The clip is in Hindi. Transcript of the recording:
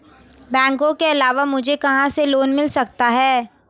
बैंकों के अलावा मुझे कहां से लोंन मिल सकता है?